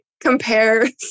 compares